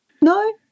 No